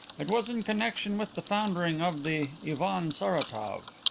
it was in connexion with the foundering of the ivan saratov.